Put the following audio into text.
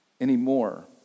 anymore